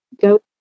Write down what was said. go